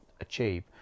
achieve